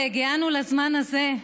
וקיימנו והגיענו לזמן הזה.